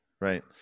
Right